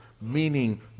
Meaning